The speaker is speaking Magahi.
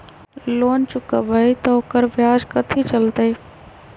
लोन चुकबई त ओकर ब्याज कथि चलतई?